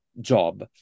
job